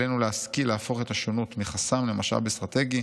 עלינו להשכיל להפוך את השונות מחסם למשאב אסטרטגי,